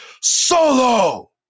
solo